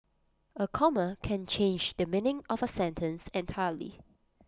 A comma can change the meaning of A sentence entirely